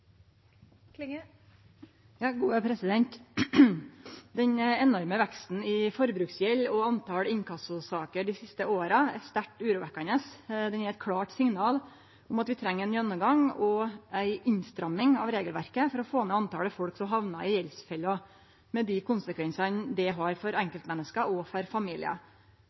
sterkt urovekkjande. Det er eit klart signal om at vi treng ein gjennomgang og ei innstramming av regelverket for å få ned talet på menneske som hamnar i gjeldsfella, med dei konsekvensane det har for enkeltmenneske og for familiar.